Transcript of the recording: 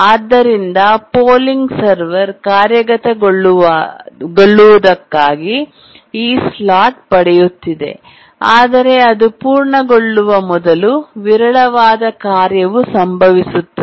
ಆದ್ದರಿಂದ polling server ಕಾರ್ಯಗತಗೊಳ್ಳುವದಕ್ಕಾಗಿ ಈ ಸ್ಲಾಟ್ ಪಡೆಯುತ್ತಿದೆ ಆದರೆ ಅದು ಪೂರ್ಣಗೊಳ್ಳುವ ಮೊದಲು ವಿರಳವಾದ ಕಾರ್ಯವು ಸಂಭವಿಸುತ್ತದೆ